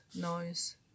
noise